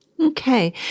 Okay